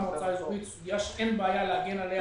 מועצה אזורית היא סוגיה שאין בעיה להגן עליה,